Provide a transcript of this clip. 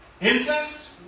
incest